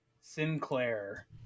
Sinclair